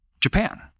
Japan